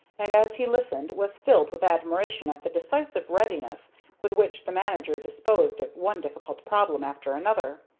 and, as he listened, was filled with admiration at the decisive readiness with which the manager disposed of one difficult problem after another.